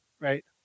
Right